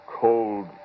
cold